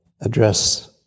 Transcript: address